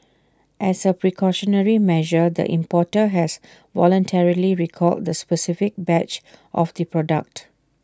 as A precautionary measure the importer has voluntarily recalled the specific batch of the product